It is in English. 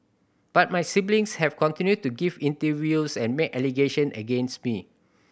but my siblings have continued to give interviews and make allegation against me